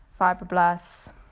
fibroblasts